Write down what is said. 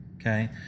okay